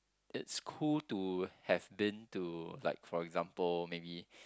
it's cool to have been to like for example maybe